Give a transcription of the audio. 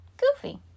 Goofy